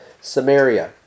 Samaria